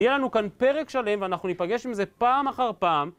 יהיה לנו כאן פרק שלם, ואנחנו ניפגש עם זה פעם אחר פעם.